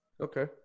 Okay